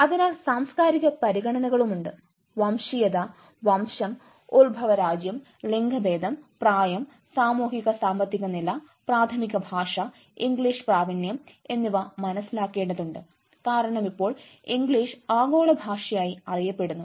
അതിനാൽ സാംസ്കാരിക പരിഗണനകളുണ്ട് വംശീയത വംശം ഉത്ഭവ രാജ്യം ലിംഗഭേദം പ്രായം സാമൂഹിക സാമ്പത്തിക നില പ്രാഥമിക ഭാഷ ഇംഗ്ലീഷ് പ്രാവീണ്യം എന്നിവ മനസിലാക്കേണ്ടതുണ്ട് കാരണം ഇപ്പോൾ ഇംഗ്ലീഷ് ആഗോള ഭാഷയായി അറിയപ്പെടുന്നു